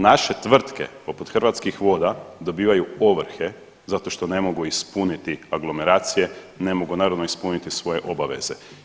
Naše tvrtke poput Hrvatskih voda dobivaju ovrhe zato što ne mogu ispuniti aglomeracije, ne mogu naravno ispuniti svoje obaveze.